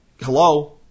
Hello